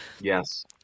Yes